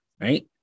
right